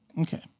Okay